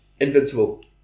Invincible